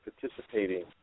participating